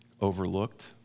overlooked